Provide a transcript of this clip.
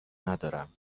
ندارم